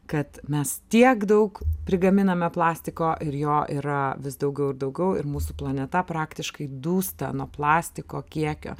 kad mes tiek daug prigaminame plastiko ir jo yra vis daugiau ir daugiau ir mūsų planeta praktiškai dūsta nuo plastiko kiekio